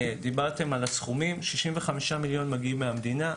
דיברתם על הסכומים 65 מיליון מגיעים מהמדינה.